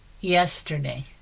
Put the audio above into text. yesterday